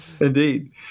Indeed